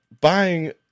buying